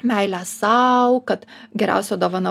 meilę sau kad geriausia dovana